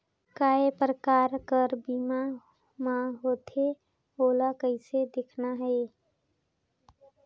काय प्रकार कर बीमा मा होथे? ओला कइसे देखना है?